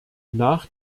nach